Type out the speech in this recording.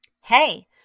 Hey